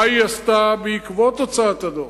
מה היא עשתה בעקבות הוצאת הדוח?